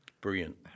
brilliant